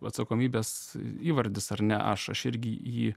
atsakomybės įvardis ar ne aš aš irgi jį